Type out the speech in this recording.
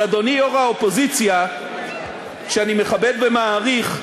אז, אדוני יושב-ראש האופוזיציה, שאני מכבד ומעריך,